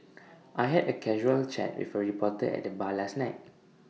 I had A casual chat with A reporter at the bar last night